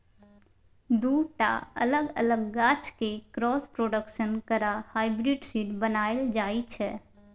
दु टा अलग अलग गाछ केँ क्रॉस प्रोडक्शन करा हाइब्रिड सीड बनाएल जाइ छै